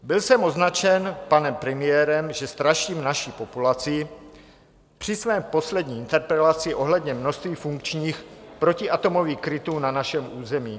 Byl jsem označen panem premiérem, že straším naši populaci při své poslední interpelaci ohledně množství funkčních protiatomových krytů na našem území.